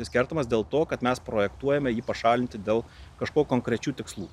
jis kertamas dėl to kad mes projektuojame jį pašalinti dėl kažko konkrečių tikslų